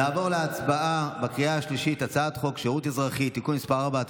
נעבור להצבעה בקריאה השלישית על הצעת חוק שירות אזרחי (תיקון מס' 4),